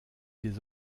des